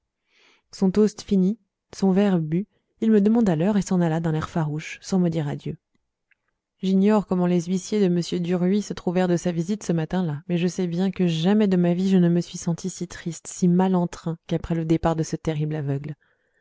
son toast fini son verre bu il me demanda l'heure et s'en alla d'un air farouche sans me dire adieu j'ignore comment les huissiers de m duruy se trouvèrent de sa visite ce matin-là mais je sais bien que jamais de ma vie je ne me suis senti si triste si mal en train qu'après le départ de ce terrible aveugle